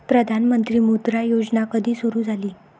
प्रधानमंत्री मुद्रा योजना कधी सुरू झाली?